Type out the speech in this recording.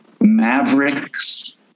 mavericks